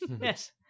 Yes